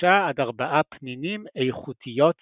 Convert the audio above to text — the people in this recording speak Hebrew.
3–4 פנינים איכותיות לפחות.